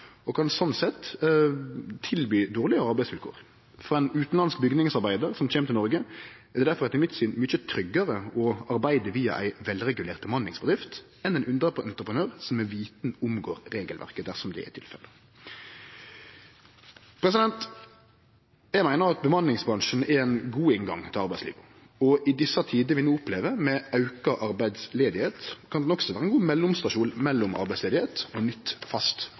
utanlandsk bygningsarbeidar som kjem til Noreg, er det difor, etter mitt syn, mykje tryggare å arbeide via ei velregulert bemanningsbedrift enn hos ein underentreprenør som med vitende omgår regelverket, dersom det er tilfelle. Eg meiner at bemanningsbransjen er ein god inngang til arbeidslivet, og i dei tider vi no opplever, med auka arbeidsløyse, kan han også vere ein god mellomstasjon mellom arbeidsløyse og nytt, fast